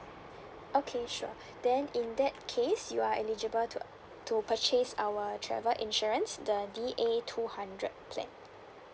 okay sure then in that case you are eligible to uh to purchase our travel insurance the D_A two hundred plan